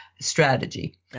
strategy